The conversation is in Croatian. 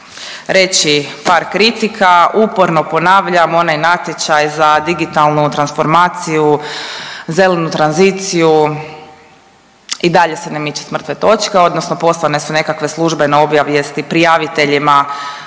reći par kritika. Uporno ponavljam onaj natječaj za digitalnu transformaciju, zelenu tranziciju i dalje se ne miče s mrtve točke, odnosno poslane su nekakve službe ne objavi, .../Govornik